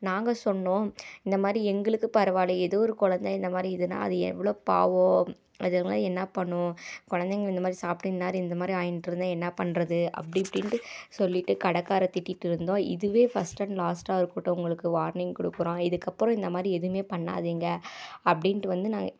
நாங்கள் சொன்னோம் இந்த மாதிரி எங்களுக்கு பரவாயில்ல ஏதோ ஒரு கொழந்தை இந்த மாதிரி இதுனால் அது எவ்வளோ பாவம் அதுங்களாம் என்ன பண்ணும் குழந்தைங்க இந்த மாதிரி சாப்பிட்டுன்ருந்தா இந்த மாதிரி ஆயின்ட்டிருந்தா என்ன பண்ணுறது அப்படி இப்படின்ட்டு சொல்லிவிட்டு கடக்காரரை திட்டிகிட்ருந்தோம் இதுவே ஃபஸ்ட் அண்ட் லாஸ்ட்டாக இருக்கட்டும் உங்களுக்கு வார்னிங் கொடுக்குறோம் இதுக்கப்புறம் இந்த மாதிரி எதுவுமே பண்ணாதிங்க அப்படின்ட்டு வந்து நான்